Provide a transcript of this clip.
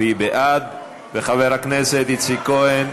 והיא בעד, וחבר הכנסת איציק כהן,